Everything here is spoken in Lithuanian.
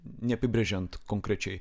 neapibrėžiant konkrečiai